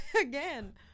again